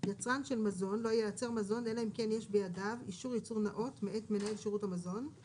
נאותבידיו אישור ייצור נאות מאת מנהל שירות את הרובד הנוסףהמזון,